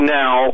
now